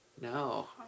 No